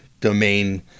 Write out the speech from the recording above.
domain